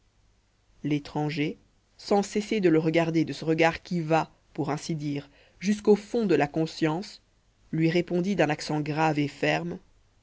l'étranger sans cesser de le regarder de ce regard qui va pour ainsi dire jusqu'au fond de la conscience lui répondit d'un accent grave et ferme